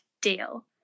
deal